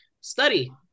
study